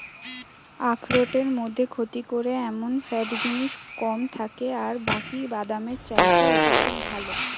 আখরোটের মধ্যে ক্ষতি করে এমন ফ্যাট জিনিস কম থাকে আর বাকি বাদামের চাইতে ওটা খুব ভালো